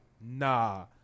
nah